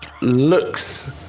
looks